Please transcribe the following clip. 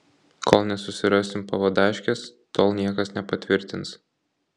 kol nesusirasim pavadaškės tol niekas nepatvirtins